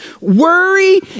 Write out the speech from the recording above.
Worry